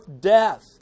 death